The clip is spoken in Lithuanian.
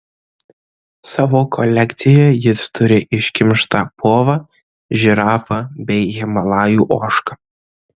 savo kolekcijoje jis turi iškimštą povą žirafą bei himalajų ožką